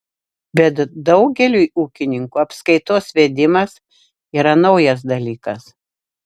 bet daugeliui ūkininkų apskaitos vedimas yra naujas dalykas